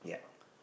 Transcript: yup